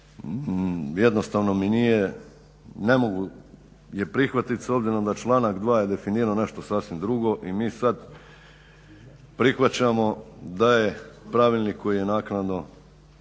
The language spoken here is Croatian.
jednostavno mi nije, ne mogu je prihvatit s obzirom da članak 2. je definirao nešto sasvim drugo i mi sad prihvaćamo da je pravilnik koji je naknadno,